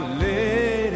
lady